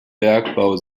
bergbau